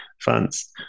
funds